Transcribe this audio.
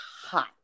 hot